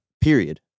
period